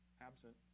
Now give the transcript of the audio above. absent